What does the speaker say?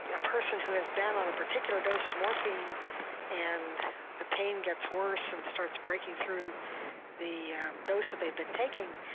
a person who has been on a particular dose of morphine and the pain gets worse and starts breaking through the dose that they've been taking,